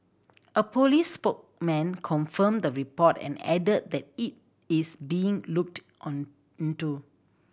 a police spokesman confirmed the report and added that it is being looked on into